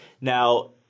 Now